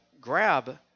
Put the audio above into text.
grab